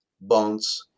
bonds